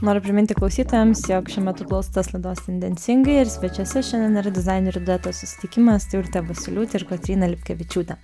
noriu priminti klausytojams jog šiuo metu klausotės laidos tendencingai ir svečiuose šiandien yra dizainerių duetas susitikimas tai urtė vosyliūtė ir kotryna lipkevičiūtė